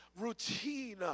routine